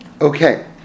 Okay